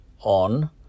on